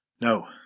No